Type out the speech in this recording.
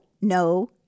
no